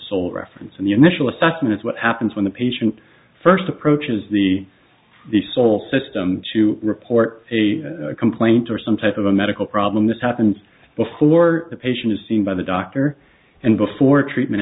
sole reference and the initial assessment is what happens when the patient first approaches the the sole system to report a complaint or some type of a medical problem this happens before the patient is seen by the doctor and before treatment